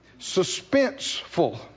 suspenseful